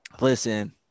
listen